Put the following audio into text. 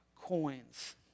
coins